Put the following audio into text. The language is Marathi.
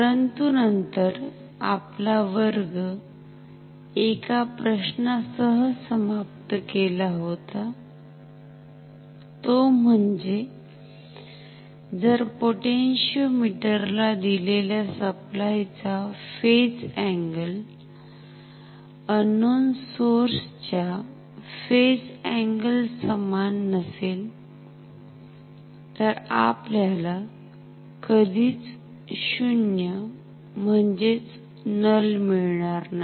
परंतु नंतर आपला वर्ग एका प्रश्नासह समाप्त केला होता तो म्हणजे जर पोटॅन्शिओमिटर ला दिलेल्या सप्लाय चा फेज अँगल अननोन सोर्स च्या फेज अँगल समान नसेल तर आपल्याला कधीच शून्य म्हणजेच नल मिळणार नाही